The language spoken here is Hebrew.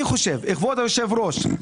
כבוד היושב ראש,